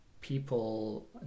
people